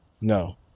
no